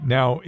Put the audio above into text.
Now